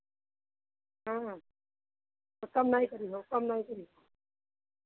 हाँ तो कम नहीं करिहो कम नहीं करिहो